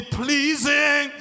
pleasing